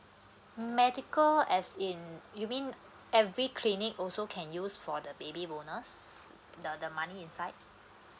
medical as in you mean every clinic also can use for the baby bonus the the money inside